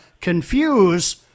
confuse